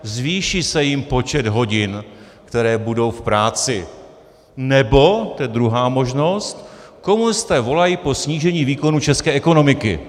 Zvýší se jim počet hodin, které budou v práci, nebo, to je druhá možnost, komunisté volají po snížení výkonu české ekonomiky.